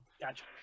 Gotcha